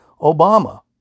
Obama